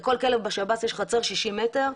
לכל כלב בשב"ס יש חצר 60 מטר,